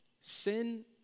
Sin